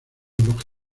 lógica